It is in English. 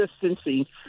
consistency